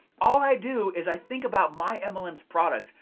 all i do is i think about my mlm's product,